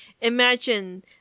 Imagine